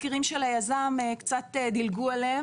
דיברו עליהם